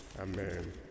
Amen